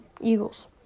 Eagles